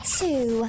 two